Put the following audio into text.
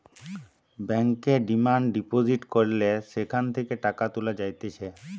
ব্যাংকে demand deposit করলে সেখান থেকে টাকা তুলা যাইতেছে